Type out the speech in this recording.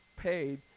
paid